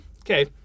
okay